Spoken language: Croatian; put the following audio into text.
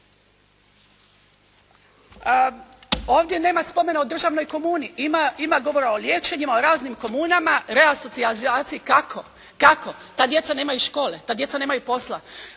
Ovdje nema spomena o državnoj komuni. Ima govora o liječenjima, o raznim komunama, resocijalizaciji. Kako? Ta djeca nemaju škole. Ta djeca nemaju posla.